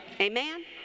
Amen